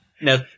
No